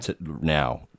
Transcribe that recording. now